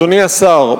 אדוני השר,